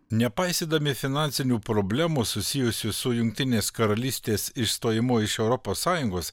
nepaisydami finansinių problemų susijusių su jungtinės karalystės išstojimu iš europos sąjungos